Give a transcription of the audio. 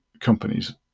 companies